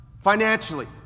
financially